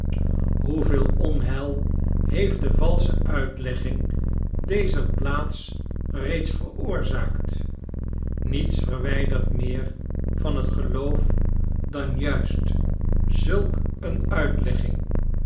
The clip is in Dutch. hoeveel onheil heeft de valsche uitlegging dezer plaats reeds veroorzaakt niets verwijdert meer van het geloof dan juist zulk een